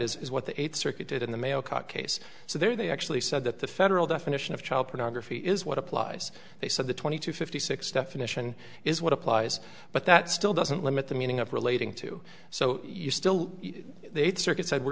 that is what the eighth circuit did in the male cut case so there they actually said that the federal definition of child pornography is what applies they said the twenty to fifty six definition is what applies but that still doesn't limit the meaning of relating to so you still circuit said we're